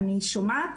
אני שומעת,